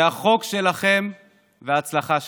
זה החוק שלכם וההצלחה שלכם.